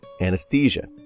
anesthesia